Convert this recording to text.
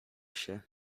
się